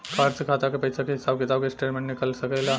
Card से खाता के पइसा के हिसाब किताब के स्टेटमेंट निकल सकेलऽ?